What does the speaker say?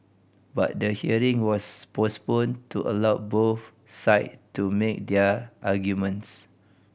but the hearing was postponed to allow both side to make their arguments